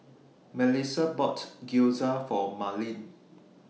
Melissa bought Gyoza For Marlene